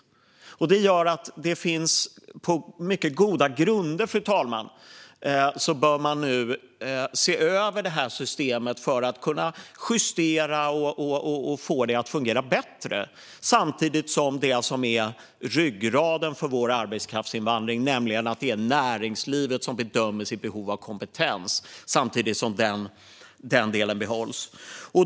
Detta, fru talman, gör att man nu på mycket goda grunder bör se över systemet för att kunna justera och få det att fungera bättre, samtidigt som det som är ryggraden i vår arbetskraftsinvandring, nämligen att det är näringslivet som bedömer sitt behov av kompetens, behålls.